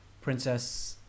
Princess